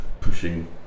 pushing